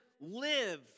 live